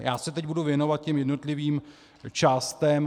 Já se teď budu věnovat jednotlivým částem.